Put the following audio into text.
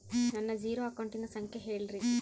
ನನ್ನ ಜೇರೊ ಅಕೌಂಟಿನ ಸಂಖ್ಯೆ ಹೇಳ್ರಿ?